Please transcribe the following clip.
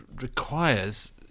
requires